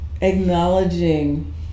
acknowledging